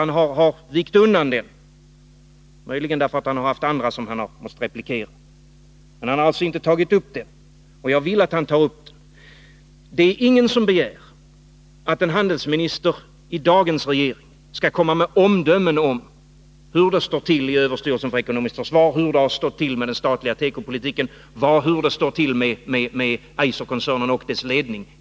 Han har vikit undan, möjligen därför att han måst replikera andra talare, men jag vill att han tar upp den. Ingen begär av handelsministern att han i dag skall komma med omdömen om hur det står till i överstyrelsen för ekonomiskt försvar, hur det har stått till med den statliga tekopolitiken, hur det står till med Eiserkoncernen och dess ledning.